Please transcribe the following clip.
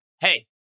Hey